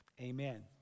amen